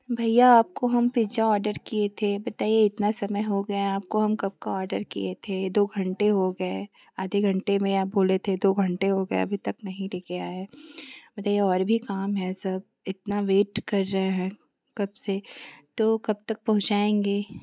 भैया आपको हम पिज्जा ऑर्डर किए थे बताइए इतना समय हो गया आपको हम कबका ऑर्डर किए थे दो घंटे हो गए आधे घंटे में आप बोले थे दो घंटे हो गए अभी तक नहीं लेके आए मुझे और भी काम है सब इतना वेट कर रहे हैं कब से तो कब तक पहुँचाएँगे